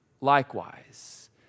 likewise